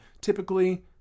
typically